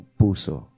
puso